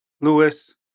Lewis